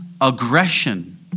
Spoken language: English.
aggression